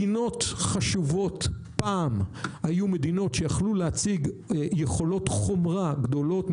מדינות חשובות פעם היו מדינות שיכלו להציג יכולות חומרה גדולות,